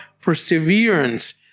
perseverance